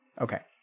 Okay